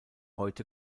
heute